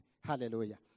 Hallelujah